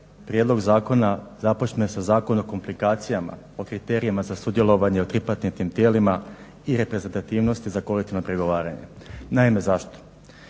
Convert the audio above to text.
prijedlog zakona započne sa zakon o komplikacijama, o kriterijima za sudjelovanje u tripartitnim tijelima i reprezentativnosti za kolektivno pregovaranje. Naime zašto,